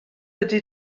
ydy